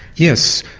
yes,